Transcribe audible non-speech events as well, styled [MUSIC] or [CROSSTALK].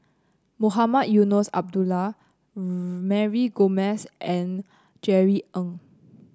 Mohamed Eunos Abdullah [HESITATION] Mary Gomes and Jerry Ng